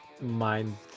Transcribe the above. mind